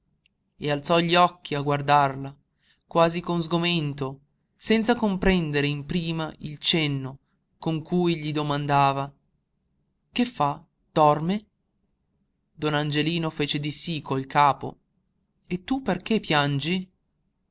e alzò gli occhi a guardarla quasi con sgomento senza comprendere in prima il cenno con cui gli domandava che fa dorme don angelino fece di sí col capo e tu perché piangi